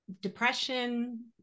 depression